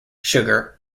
sugar